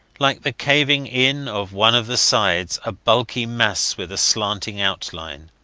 like the caving in of one of the sides, a bulky mass with a slanting outline.